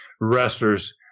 wrestlers